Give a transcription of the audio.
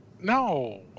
No